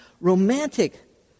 romantic